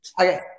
Okay